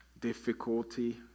difficulty